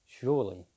Surely